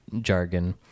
jargon